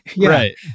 right